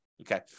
Okay